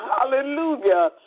Hallelujah